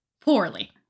poorly